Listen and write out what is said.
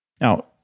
Now